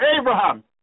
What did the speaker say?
Abraham